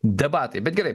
debatai bet gerai